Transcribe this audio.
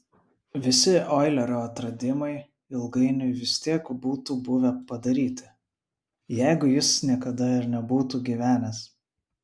visi oilerio atradimai ilgainiui vis tiek būtų buvę padaryti jeigu jis niekada ir nebūtų gyvenęs